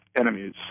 enemies